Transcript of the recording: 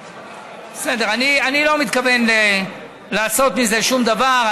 בסדר, אני לא מתכוון לעשות מזה שום דבר.